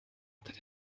unter